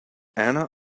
anna